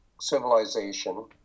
civilization